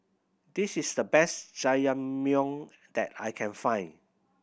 this is the best Jajangmyeon that I can find